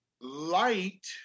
light